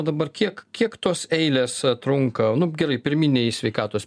dabar kiek kiek tos eilės trunka nu gerai pirminėj sveikatos